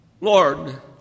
Lord